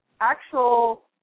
actual